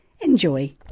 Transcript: Enjoy